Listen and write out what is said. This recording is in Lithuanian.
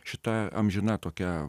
šita amžina tokia